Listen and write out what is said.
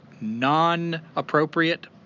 non-appropriate